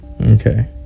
okay